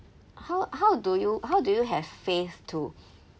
how how do you how do you have faith to